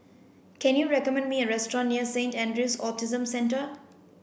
can you recommend me a restaurant near Saint Andrew's Autism Centre